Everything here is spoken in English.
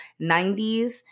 90s